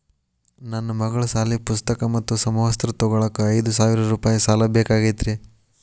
ನನ್ನ ಮಗಳ ಸಾಲಿ ಪುಸ್ತಕ್ ಮತ್ತ ಸಮವಸ್ತ್ರ ತೊಗೋಳಾಕ್ ಐದು ಸಾವಿರ ರೂಪಾಯಿ ಸಾಲ ಬೇಕಾಗೈತ್ರಿ